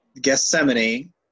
Gethsemane